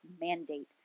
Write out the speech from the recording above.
mandate